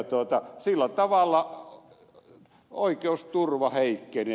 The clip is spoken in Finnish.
sillä tavalla oikeusturva heikkenee